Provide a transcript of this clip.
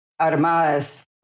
Armadas